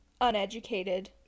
uneducated